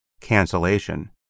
cancellation